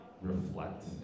reflect